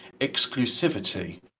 exclusivity